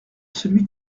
celui